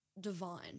divine